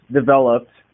developed